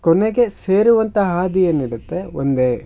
ಕೊನೆಗೆ ಸೇರುವಂಥ ಹಾದಿ ಏನು ಇರತ್ತೆ ಒಂದೇ